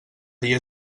dia